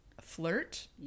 flirt